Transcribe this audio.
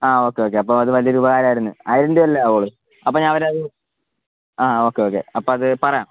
ആ okay okay അപ്പം അത് വലിയൊരുപകാരവായിരുന്നു ആയിരം രൂപയല്ലേ ആവോളൂ അപ്പം ഞാൻ അവരെ അത് ആ ഓക്കെ ഓക്കെ അപ്പം അത് പറയാം